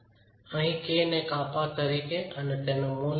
અહીં K ને Kappa તરીકે અને તેનું મુલ્ય 0